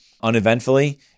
uneventfully